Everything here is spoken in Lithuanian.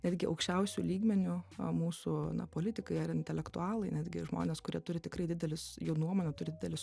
netgi aukščiausiu lygmeniu mūsų politikai ar intelektualai netgi žmonės kurie turi tikrai didelius jų nuomone turi didelį